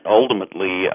ultimately